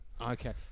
Okay